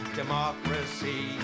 democracy